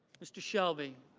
mr. shelby.